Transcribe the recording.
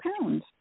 pounds